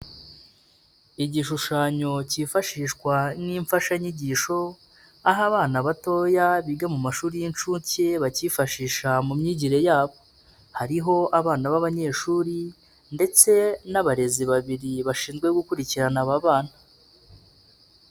Igishushanyo cyifashishwa nk'imfashanyigisho, aho abana batoya biga mu mashuri y'incuke bakifashisha mu myigire yabo, hariho abana b'abanyeshuri ndetse n'abarezi babiri bashinzwe gukurikirana aba bana.